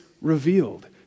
revealed